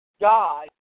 God